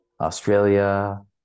Australia